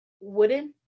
wooden